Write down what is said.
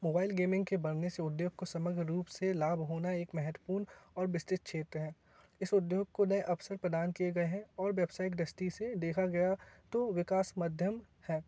mobile gaming के बढ़ने से उद्योग को समग्र रूप से लाभ होना एक महत्वपूर्ण और विस्तृत क्षेत्र है इस उद्योग को नए अवसर प्रदान किए गए हैं और व्यावसायिक दृष्टि से देखा गया तो विकास मध्यम है